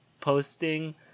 posting